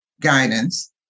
guidance